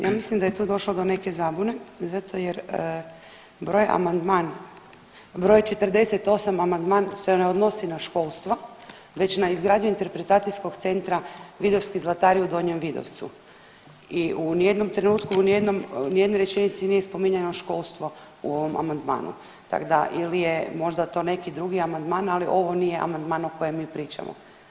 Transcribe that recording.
Ja mislim da je tu došlo do neke zabune zato jer broj amandman, broj 48. amandman se ne odnosi na školstva već na izgradnju Interpretacijskog centra „Vidovski zlatari“ u Donjem Vidovcu i u ni jednom trenutku, ni u jednoj rečenici nije spominjano školstvo u ovom amandmanu, tak da ili je možda to neki drugi amandman, ali ovo nije amandman o kojem mi pričamo.